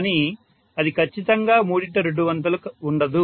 కానీ అది ఖచ్చితంగా మూడింట రెండు వంతులు ఉండదు